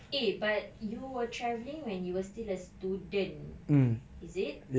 eh but you were travelling when you were still a student is it